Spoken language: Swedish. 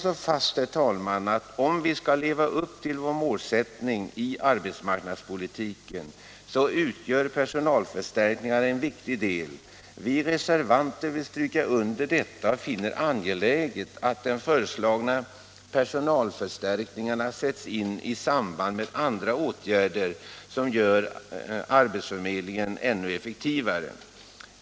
Låt mig, herr talman, slå fast att om vi skall leva upp till vår målsättning i arbetsmarknadspolitiken så utgör personalförstärkningar en viktig del. Vi reservanter vill stryka under detta och finner angeläget att de föreslagna personalförstärkningarna sätts in i samband med andra åtgärder som gör arbetsförmedlingen ännu effektivare.